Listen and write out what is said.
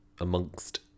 amongst